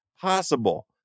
possible